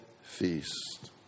feast